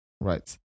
Right